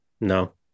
No